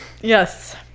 Yes